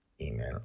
email